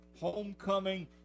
Homecoming